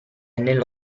nello